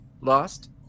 lost